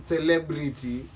Celebrity